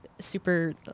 super